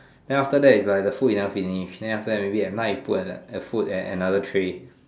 then after that is like the food you cannot finish then after that maybe at night you put at that you put the food at another tray